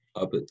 up